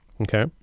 Okay